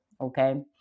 okay